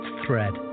thread